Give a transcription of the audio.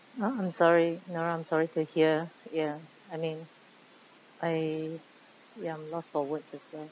ah I'm sorry nora I'm sorry to hear ya I mean I ya I'm lost for words as well